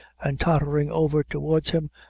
and, tottering over towards him,